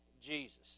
Jesus